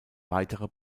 weitere